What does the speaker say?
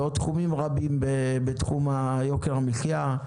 ועוד תחומים רבים בתחום יוקר המחיה.